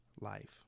life